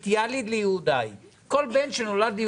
אני אולי אתייחס באופן רוחבי לכל השאלה סביב הכספים